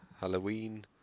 Halloween